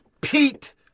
Pete